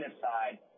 side